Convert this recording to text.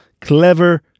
clever